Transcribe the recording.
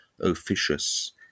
officious